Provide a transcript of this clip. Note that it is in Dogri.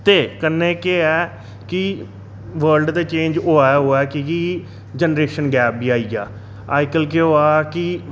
ते कन्ने केह् ऐ कि वर्ल्ड ते चेंज होआ होआ होआ ऐ क्योंकि जनरेशन गैप बी आई गेआ अजकल की होआ कि